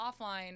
offline